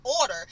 order